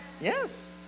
yes